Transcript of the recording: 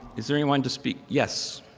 is there anyone to speak? yes.